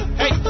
hey